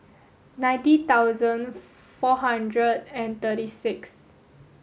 ninety thousand four hundred and thirty six